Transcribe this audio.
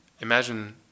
imagine